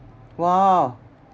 !wow!